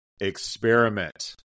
experiment